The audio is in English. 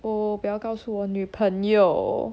oh 不要告诉我女朋友